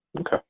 Okay